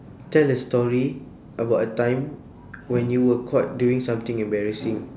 tell a story about a time when you were caught doing something embarrassing